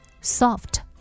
Soft